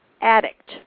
addict